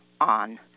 on